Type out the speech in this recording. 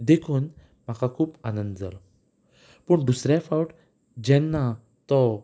देखून म्हाका खूब आनंद जालो पूण दुसरे फावट जेन्ना तो